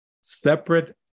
separate